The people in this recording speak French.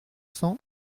cents